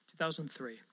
2003